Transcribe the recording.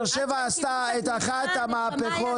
באר שבע עשתה את אחת המהפכות --- עד שהם קיבלו את התמיכה הנשמה יצאה.